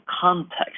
context